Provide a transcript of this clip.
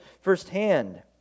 firsthand